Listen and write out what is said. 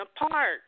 apart